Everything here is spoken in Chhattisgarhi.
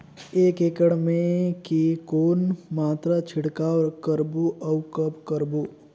एक एकड़ मे के कौन मात्रा छिड़काव करबो अउ कब करबो?